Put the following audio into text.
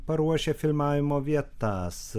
paruošia filmavimo vietas